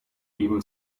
even